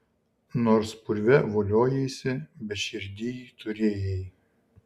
nors purve voliojaisi bet širdyj turėjai